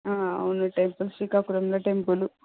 అవును టెంపుల్ శ్రీకాకుళంలో టెంపుల్